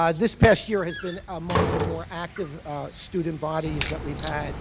um this past year has been among the more active student bodies that we've had